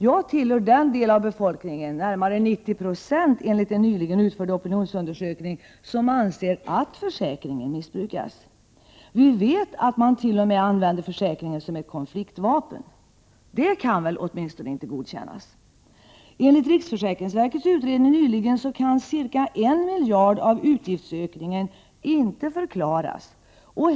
Jag tillhör den del av befolkningen — närmare 90 96 enligt en nyligen utförd opinionsundersökning — som anser att försäkringen missbrukas. Vi vet att man t.o.m. använder försäkringen som ett konfliktvapen. Det kan väl åtminstone inte godkännas? Enligt riksförsäkringsverkets utredning nyligen kan ca 1 miljard av utgiftsökningen inte förklaras.